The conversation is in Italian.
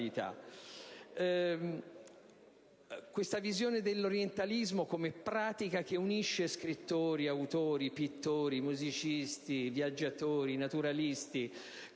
una visione dell'orientalismo come pratica che unisce scrittori, autori, pittori musicisti, viaggiatori e naturalisti,